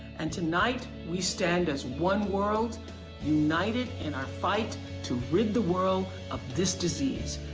and tonight, we stand as one world united in our fight to rid the world of this disease,